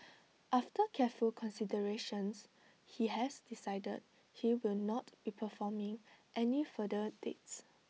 after careful consideration he has decided he will not be performing any further dates